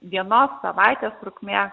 dienos savaitės trukmė